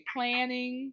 Planning